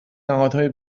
نهادهای